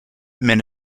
men